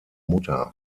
mutter